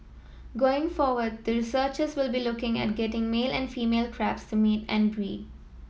going forward the researchers will be looking at getting male and female crabs to mate and breed